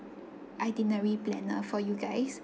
itinerary planner for you guys